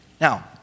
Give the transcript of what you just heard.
Now